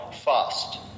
fast